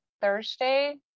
Thursday